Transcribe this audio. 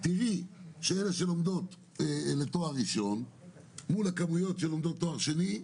תראי שאלה שלומדות לתואר ראשון מול הכמויות שלומדות תואר שני,